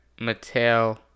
Mattel